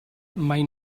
mai